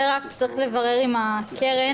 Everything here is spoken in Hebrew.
זה רק צריך לברר עם הקרן,